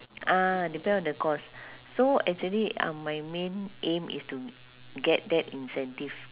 ah depend on the course so actually um my main aim is to get that incentive